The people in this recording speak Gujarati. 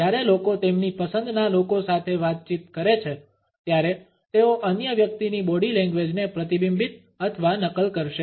જ્યારે લોકો તેમની પસંદના લોકો સાથે વાતચીત કરે છે ત્યારે તેઓ અન્ય વ્યક્તિની બોડી લેંગ્વેજને પ્રતિબિંબિત અથવા નકલ કરશે